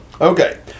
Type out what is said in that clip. Okay